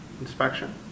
inspection